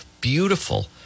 beautiful